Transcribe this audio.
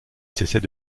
cessait